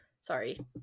sorry